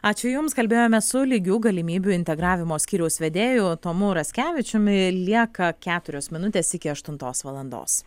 ačiū jums kalbėjome su lygių galimybių integravimo skyriaus vedėju tomu raskevičiumi lieka keturios minutės iki aštuntos valandos